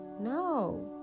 no